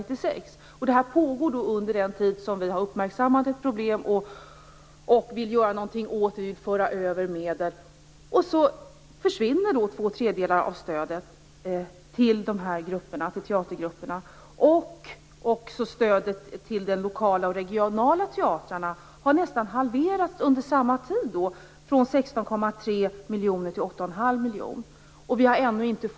Detta har pågått under den tid som vi har uppmärksammat problemet och vill göra någonting åt det genom att föra över medel, men två tredjedelar av stödet till de fria teatergrupperna har ändå försvunnit. Stödet till de lokala och regionala teatrarna har nästan halverats under samma tid, från 16,3 miljoner kronor till 81⁄2 miljoner kronor.